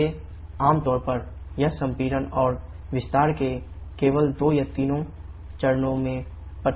इसलिए आमतौर पर यह संपीड़न और विस्तार के केवल दो या तीन चरणों में प्रतिबंधित है